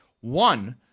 One